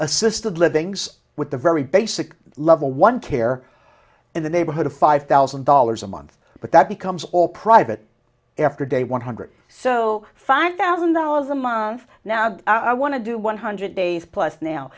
living with the very basic level one care in the neighborhood of five thousand dollars a month but that becomes all private after day one hundred so five thousand dollars a month now i want to do one hundred days plus now